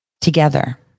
together